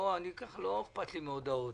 ככה לא אכפת לי מהודעות,